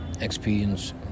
experience